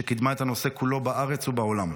שקידמה את הנושא כולו בארץ ובעולם.